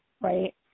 right